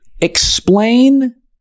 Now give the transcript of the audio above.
Explain